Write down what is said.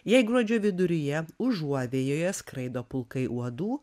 jei gruodžio viduryje užuovėjoje skraido pulkai uodų